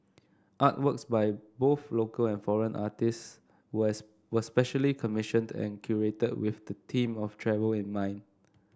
artworks by both local and foreign artists was was specially commissioned and curated with the theme of travel in mind